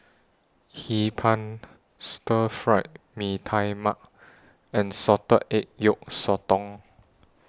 Hee Pan Stir Fried Mee Tai Mak and Salted Egg Yolk Sotong